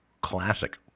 classic